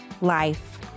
life